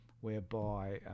whereby